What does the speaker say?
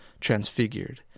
transfigured